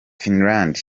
finland